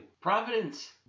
Providence